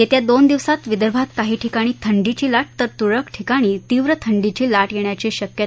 येत्या दोन दिवसात विदर्भात काही ठिकाणी थंडीची लाट तर तुरळक ठिकाणी तीव्र थंडीची लाट येण्याची शक्यता